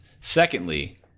Secondly